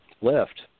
left